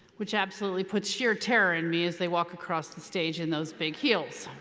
which absolutely puts sheer terror in me as they walk across the stage in those big heels.